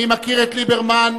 היא שאלה את ליברמן,